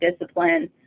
discipline